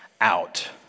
out